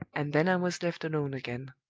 and then i was left alone again.